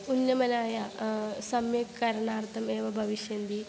उन्नयमानाय सम्यक् करणार्थमेव भविषन्ति